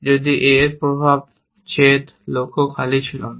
যদি a এর প্রভাব ছেদ লক্ষ্য খালি ছিল না